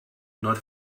not